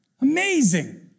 Amazing